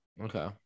Okay